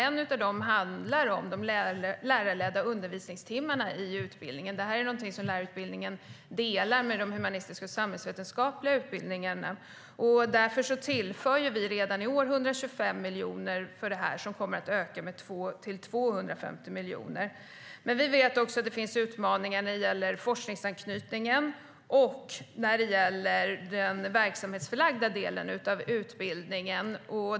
En av dem handlar om de lärarledda undervisningstimmarna i utbildningen. Det är något som lärarutbildningen delar med de humanistiska och samhällsvetenskapliga utbildningarna. Därför tillför vi redan i år 125 miljoner, som kommer att öka till 250 miljoner. Vi vet också att det finns utmaningar när det gäller forskningsanknytningen och när det gäller den verksamhetsförlagda delen av utbildningen.